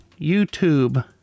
YouTube